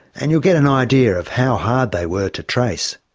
and you'll get an idea of how hard they were to trace.